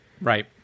right